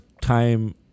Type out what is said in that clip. time